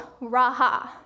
raha